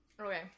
Okay